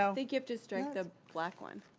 i think you have to strike ah black one.